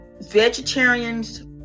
Vegetarians